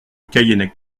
callennec